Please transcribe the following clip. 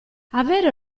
avere